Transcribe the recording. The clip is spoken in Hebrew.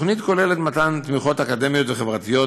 התוכנית כוללת מתן תמיכות אקדמיות וחברתיות,